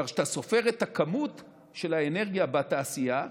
כך שכשאתה סופר את הכמות של האנרגיה בתעשייה,